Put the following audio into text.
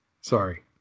Sorry